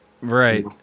Right